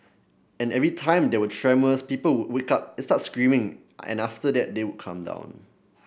and every time there were tremors people would wake up and start screaming and after that they would calm down